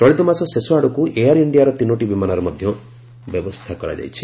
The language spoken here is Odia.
ଚଳିତ ମାସ ଶେଷ ଆଡ଼କୁ ଏୟାର୍ ଇଣ୍ଡିଆର ତିନୋଟି ବିମାନର ମଧ୍ୟ ବ୍ୟବସ୍ଥା କରାଯାଇଛି